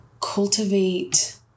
Cultivate